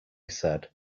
said